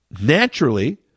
naturally